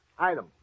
Item